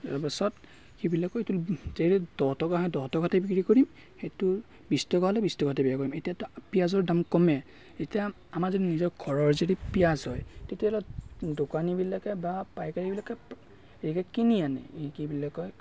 তাৰপাছত সিবিলাকো এইটো দহ টকা হয় দহ টকাতেই বিক্ৰী কৰিম সেইটো বিশ টকা হ'লে বিশ টকাতেই বিক্ৰী কৰিম এতিয়াতো পিঁয়াজৰ দাম কমে এতিয়া আমাৰ যদি নিজৰ ঘৰৰ যদি পিঁয়াজ হয় তেতিয়াহ'লে দোকানীবিলাকে বা পাইকাৰীবিলাকে হেৰিকে কিনি আনে এই কি বুলি কয়